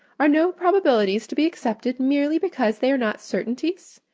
are no probabilities to be accepted, merely because they are not certainties?